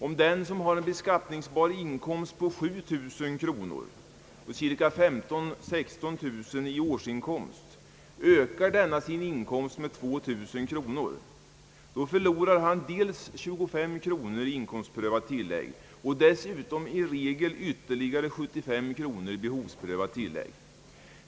Om den som har en beskattningsbar inkomst på 7000 kronor, d. v. s. 15 000— 16 000 kronors bruttoinkomst, ökar sin inkomst med 2 000 kronor, förlorar han dels 25 kronor i inkomstprövat tillägg och dessutom i regel ytterligare 75 kronor i behovsprövat tillägg.